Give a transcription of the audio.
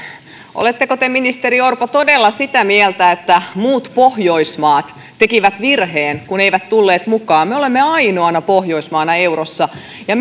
oletteko te ministeri orpo todella sitä mieltä että muut pohjoismaat tekivät virheen kun eivät tulleet mukaan me olemme ainoana pohjoismaana eurossa ja